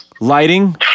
lighting